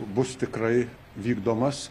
bus tikrai vykdomas